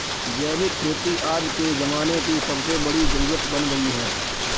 जैविक खेती आज के ज़माने की सबसे बड़ी जरुरत बन गयी है